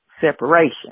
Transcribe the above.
separation